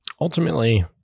ultimately